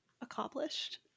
accomplished